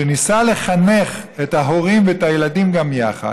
שניסה לחנך את ההורים ואת הילדים גם יחד,